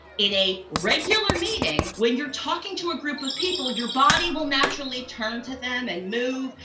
in a regular meeting, when you're talking to a group of people, your body will naturally turn to them and move.